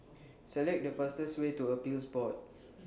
Select The fastest Way to Appeals Board